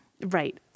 Right